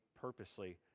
purposely